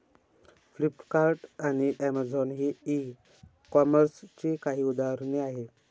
Flipkart आणि Amazon ही e कॉमर्सची काही उदाहरणे आहे